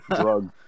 Drug